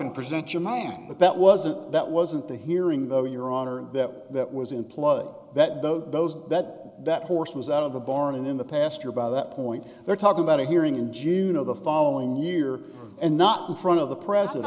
and present your mom but that wasn't that wasn't the hearing though your honor that that was in plug that those those that that horse was out of the barn and in the pasture by that point they're talking about a hearing in june of the following year and not in front of the president